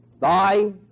Thy